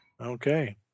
Okay